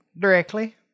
Directly